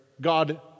God